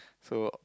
so